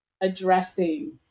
addressing